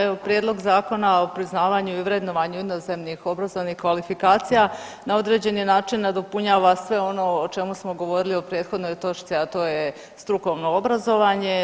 Evo, Prijedlog Zakona o priznavanju i vrednovanju inozemnih obrazovnih kvalifikacija na određeni način nadopunjava sve ono o čemu smo govorili o prethodnoj točci, a to je strukovno obrazovanje.